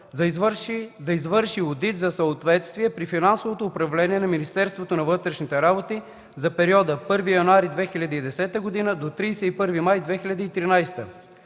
да извърши одит за съответствие при финансовото управление на Министерство на вътрешните работи за периода от 1 януари 2010 г. до 31 май 2013 г.